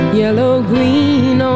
yellow-green